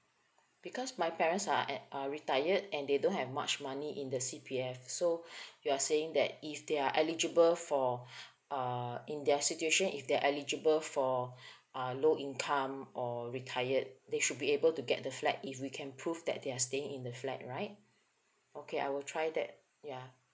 because my parents are at uh retired and they don't have much money in the C_P_F so you're saying that if they are eligible for uh in their situation if they're eligible for uh low income or retired they should be able to get the flat if we can prove that they're staying in the flat right okay I will try that ya